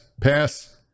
Pass